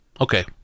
okay